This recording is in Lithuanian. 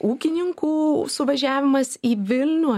ūkininkų suvažiavimas į vilnių